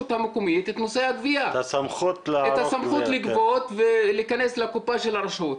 המקומית את הסמכות לגבות ולהיכנס לקופה של הרשות.